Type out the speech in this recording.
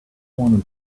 want